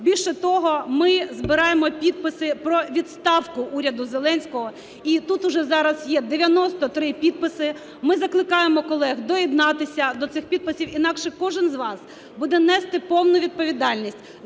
Більше того, ми збираємо підписи про відставку уряду Зеленського. І тут уже зараз є 93 підписи. Ми закликаємо колег доєднатися до цих підписів. Інакше кожен з вас буде нести повну відповідальність